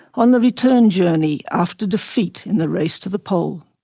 on the return journey, after defeat in the race to the pole.